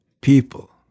people